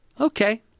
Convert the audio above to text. Okay